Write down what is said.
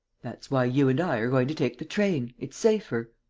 that's why you and i are going to take the train. it's safer.